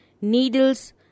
Needles